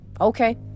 Okay